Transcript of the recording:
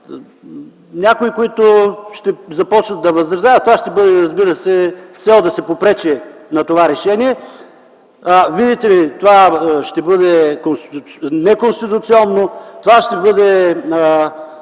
някои, които ще започнат да възразяват. И ще бъде с цел да се попречи на това решение: видите ли, това ще бъде неконституционно, това ще бъде